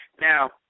Now